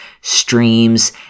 Streams